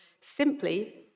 simply